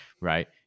right